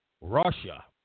Russia